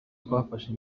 twafashe